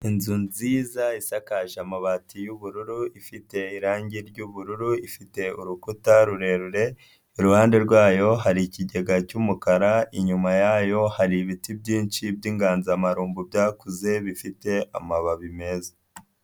Inzu nziza isakaje amabati y'ubururu, ifite irangi ry'ubururu, ifite urukuta rurerure, iruhande rwayo hari ikigega cy'umukara, inyuma yayo hari ibiti byinshi byinganzamarumbu byakuze bifite amababi meza.